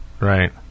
right